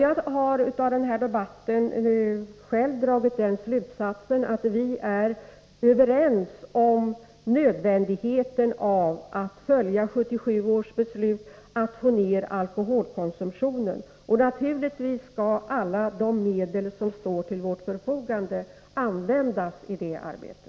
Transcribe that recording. Jag har av denna debatt dragit den slutsatsen att vi är överens om nödvändigheten av att följa 1977 års beslut att få ner alkoholkonsumtionen. Naturligtvis skall alla de medel som står till vårt förfogande användas i detta arbete.